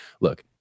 look